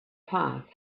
path